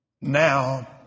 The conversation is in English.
Now